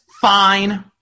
fine